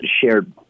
shared